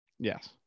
Yes